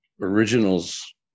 originals